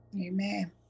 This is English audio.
Amen